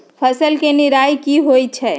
फसल के निराया की होइ छई?